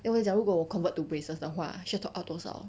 then 我就讲如果我 convert to braces 的话需要 top up 多少